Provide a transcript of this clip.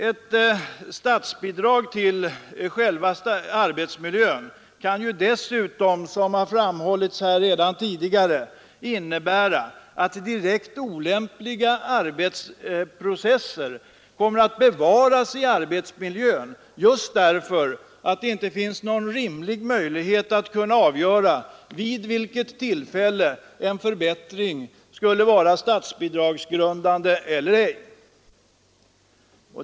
Ett statsbidrag till förbättring av själva arbetsmiljön kan dessutom, såsom här redan tidigare har framhållits, innebära att direkt olämpliga arbetsprocesser kommer att bevaras just därför att det inte finns någon rimlig möjlighet att avgöra vid vilket tillfälle en förbättring skulle vara statsbidragsgrundande eller ej.